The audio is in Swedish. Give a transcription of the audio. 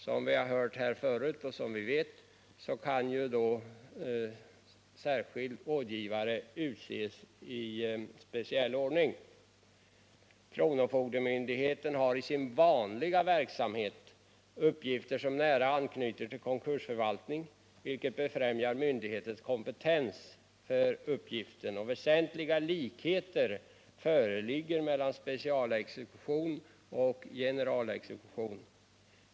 Sedan tidigare vet vi — och det har också poängterats i dagens debatt — att en särskild rådgivare då kan utses i speciell ordning. Kronofogdemyndigheten har i sin vanliga verksamhet uppgifter som nära anknyter till konkursförvaltning, vilket befrämjar myndighetens kompetens för uppgiften. Och väsentliga likheter föreligger mellan specialexekution och generalexekution.